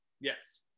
Yes